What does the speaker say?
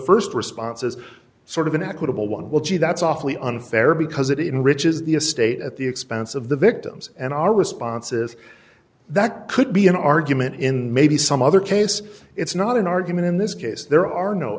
the st response is sort of an equitable one well gee that's awfully unfair because it even riches the estate at the expense of the victims and all responses that could be an argument in maybe some other case it's not an argument in this case there are no